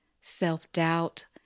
self-doubt